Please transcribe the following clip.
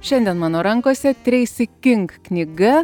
šiandien mano rankose treisi king knyga